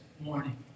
morning